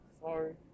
Sorry